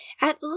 At